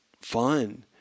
fun